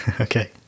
Okay